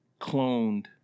cloned